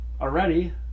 Already